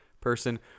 person